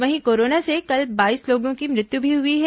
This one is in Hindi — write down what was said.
वहीं कोरोना से कल बाईस लोगों की मृत्यु भी हुई है